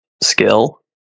skill